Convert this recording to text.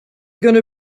gonna